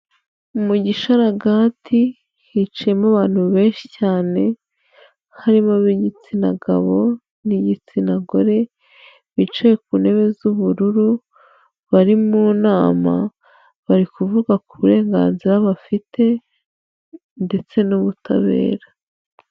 Mu gishararaga hiciyemo abantu benshi cyane, harimo ab'igitsina gabo n'igitsina gore, bicaye ku ntebe z'ubururu, bari mu nama bari kuvuga ku burenganzira bafite ndetse n'ubutabera.